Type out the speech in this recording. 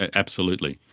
ah absolutely.